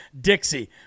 dixie